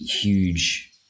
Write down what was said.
huge